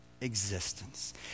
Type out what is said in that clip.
existence